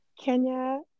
Kenya